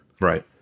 Right